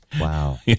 Wow